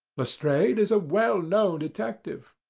lestrade is a well-known detective.